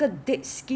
don't use lah